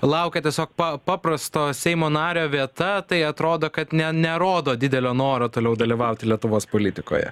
laukia tiesiog pa paprasto seimo nario vieta tai atrodo kad ne nerodo didelio noro toliau dalyvauti lietuvos politikoje